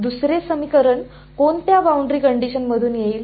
दुसरे समीकरण कोणत्या बाउंड्री कंडीशन मधून येईल